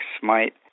Smite